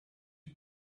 you